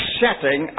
setting